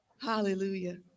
hallelujah